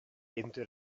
into